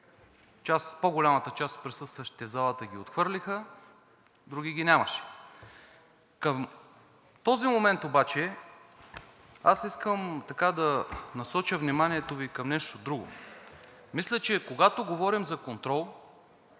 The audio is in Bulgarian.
по-голямата част от присъстващите в залата ги отхвърлиха, други ги нямаше. Към този момент обаче аз искам да насоча вниманието Ви към нещо друго. Мисля, че когато говорим за контрол,